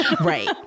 right